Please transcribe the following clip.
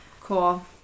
Cool